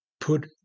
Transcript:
Put